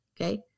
Okay